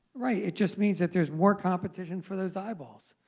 right. it just means that there's more competition for those eyeballs.